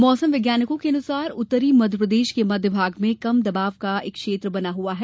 मौसम वैज्ञानिको के अनुसार उत्तरी मध्यप्रदेश के मध्य भाग में कम दबाव का क्षेत्र बना हुआ है